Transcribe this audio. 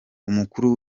umukuru